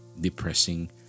depressing